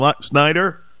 snyder